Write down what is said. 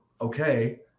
okay